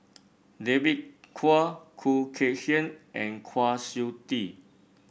David Kwo Khoo Kay Hian and Kwa Siew Tee